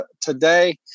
today